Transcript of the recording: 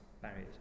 barriers